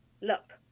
look